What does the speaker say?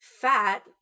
fat